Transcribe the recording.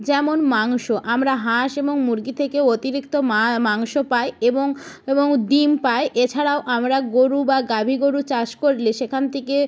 যেমন মাংস আমরা হাঁস এবং মুরগি থেকেও অতিরিক্ত মা মাংস পাই এবং এবং ডিম পাই এছাড়াও আমরা গোরু বা গাভী গোরু চাষ করলে সেখান থেকে